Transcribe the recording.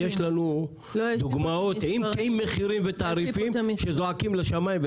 כי יש לנו דוגמאות עם מחירים ותעריפים שזועקים לשמים,